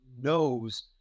knows